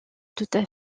tout